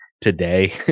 today